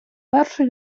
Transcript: першої